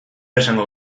esango